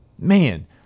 man